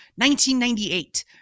1998